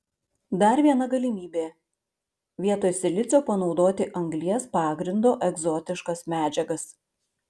dar viena galimybė vietoj silicio panaudoti anglies pagrindo egzotiškas medžiagas